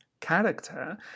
character